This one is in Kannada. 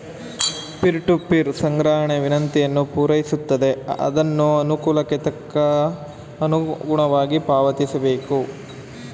ಪೀರ್ ಟೂ ಪೀರ್ ಸಂಗ್ರಹಣೆ ವಿನಂತಿಯನ್ನು ಪೂರೈಸುತ್ತದೆ ಅದ್ನ ಅನುಕೂಲಕ್ಕೆ ತಕ್ಕ ಅನುಗುಣವಾಗಿ ಪಾವತಿಸಬೇಕು